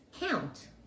count